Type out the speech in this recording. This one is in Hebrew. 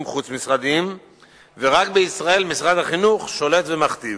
חוץ-משרדיים ורק בישראל משרד החינוך שולט ומכתיב.